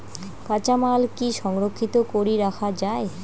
কাঁচামাল কি সংরক্ষিত করি রাখা যায়?